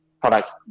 products